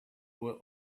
were